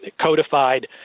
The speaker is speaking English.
codified